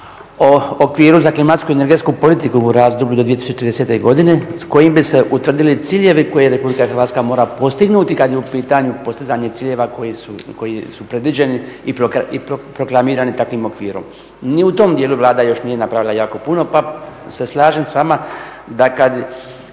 o okviru za Klimatsku energetsku politiku u razdoblju do 2030.godine s kojim bi se utvrdili ciljevi koje RH mora postignuti kada je u pitanju postizanje ciljeva koji su predviđeni i proklamirani takvim okvirom. Ni u tom dijelu Vlada još nije napravila jako puno pa se slažem s vama da kada